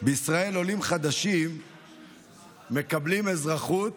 בישראל עולים חדשים מקבלים אזרחות